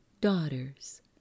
daughters